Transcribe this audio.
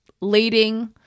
leading